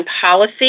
policy